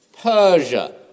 Persia